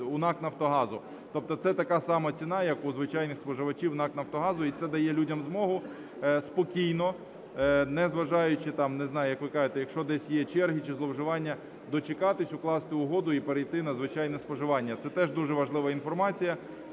у НАК "Нафтогазу". Тобто це така сама ціна, як у звичайних споживачів НАК "Нафтогазу". І це дає людям змогу спокійно, незважаючи… не знаю, як ви кажете, якщо десь є черги чи зловживання, дочекатись, укласти угоду і перейти на звичайне споживання. Це теж дуже важлива інформація,